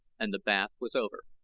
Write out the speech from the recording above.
and the bath was over.